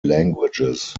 languages